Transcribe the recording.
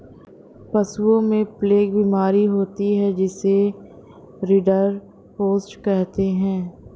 पशुओं में प्लेग बीमारी होती है जिसे रिंडरपेस्ट कहते हैं